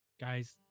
guys